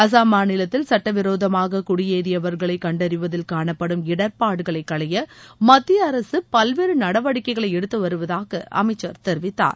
அசாம் மாநிலத்தில் சுட்ட விரோதமாக குடியேறியவர்களை கண்டறிவதில் காணப்படும் இடர்பாடுகளை களைய மத்திய அரசு பல்வேறு நடவடிக்கைகளை எடுத்து வருவதாக அமைச்சர் தெரிவித்தார்